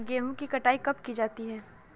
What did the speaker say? गेहूँ की कटाई कब की जाती है?